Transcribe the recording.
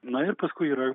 na ir paskui yra